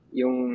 yung